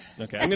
Okay